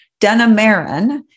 Denimarin